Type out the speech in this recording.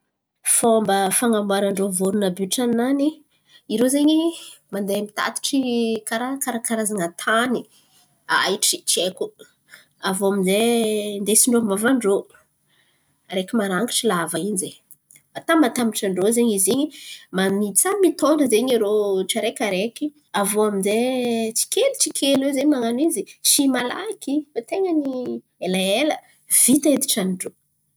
Fomba fan̈aboaran-drô voron̈o àby io tran̈o-nany irô zen̈y mandeha mitatitry karà karazan̈a tany ahitry tsy haiko. Aviô aminjay indesin-drô amy vavan-drô araiky marangitry lava in̈y ze. Atambatambatran-drô zen̈y zin̈y samy mitondra zen̈y rô tsy araikiaraiky amizay tsikelitsikely io man̈ano izy, tsy malaky, elaela vita edy tranon-drô.